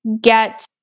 get